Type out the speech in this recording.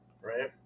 right